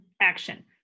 action